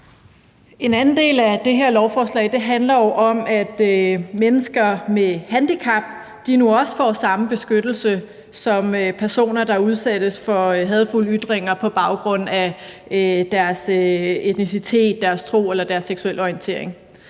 En anden del af det her lovforslag handler jo om, at mennesker med handicap nu også får samme beskyttelse som personer, der udsættes for hadefulde ytringer på baggrund af deres etnicitet, deres tro eller deres seksuelle orientering.